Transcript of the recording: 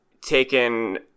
taken